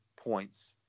points